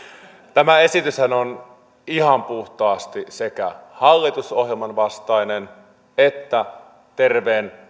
tämä esityshän on ihan puhtaasti sekä hallitusohjelman vastainen että terveen